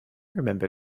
remember